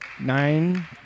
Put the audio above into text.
nine